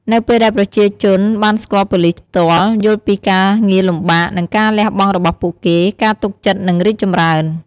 នៅពេលដែលប្រជាជនបានស្គាល់ប៉ូលីសផ្ទាល់ យល់ពីការងារលំបាក និងការលះបង់របស់ពួកគេ ការទុកចិត្តនឹងរីកចម្រើន។